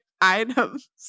items